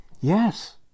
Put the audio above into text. Yes